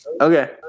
Okay